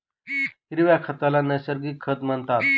हिरव्या खताला नैसर्गिक खत म्हणतात